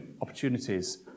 opportunities